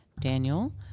Daniel